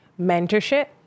mentorship